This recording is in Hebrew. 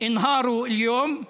התפרקו היום,